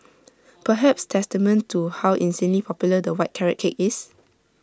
perhaps testament to how insanely popular the white carrot cake is